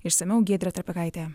išsamiau giedrė trapikaitė